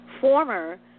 former